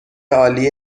عالی